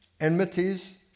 enmities